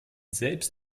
selbst